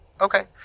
Okay